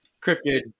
cryptid